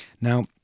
Now